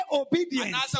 obedience